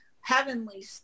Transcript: heavenly